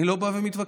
אני לא בא ומתווכח,